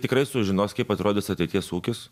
tikrai sužinos kaip atrodys ateities ūkis